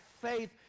faith